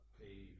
pay